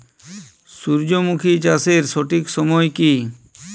সূর্যমুখী চাষের সঠিক সময় কি?